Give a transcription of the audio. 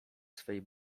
swej